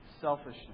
selfishness